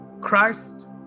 christ